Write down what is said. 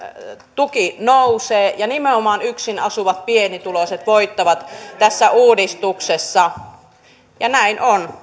tuki nousee ja nimenomaan yksin asuvat pienituloiset voittavat tässä uudistuksessa näin on